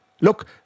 Look